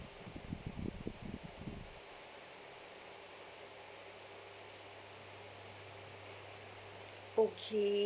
okay